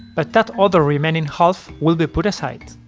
but that other remaining half will be put aside.